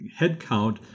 headcount